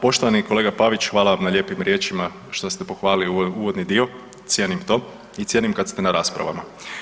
Pa poštovani kolega Pavić hvala vam na lijepim riječima što ste pohvalili uvodni dio, cijenim to i cijenim kad ste na raspravama.